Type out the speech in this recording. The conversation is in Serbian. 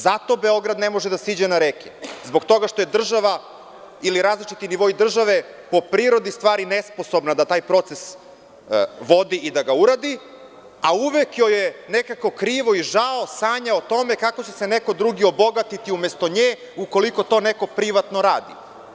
Zato Beograd ne može da siđe na reke, zbog toga što je država ili različiti nivo i države po prirodi stvari nesposobna da taj proces vodi i da ga uradi, a uvek joj je nekako krivo i žao, sanja o tome kako će se neko drugi obogatiti umesto nje, ukoliko to neko privatno radi.